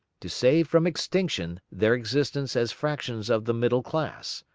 to save from extinction their existence as fractions of the middle class.